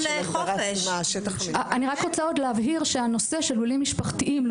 אני רק רוצה עוד להבהיר שהנושא של לולים משפחתיים,